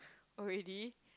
oh really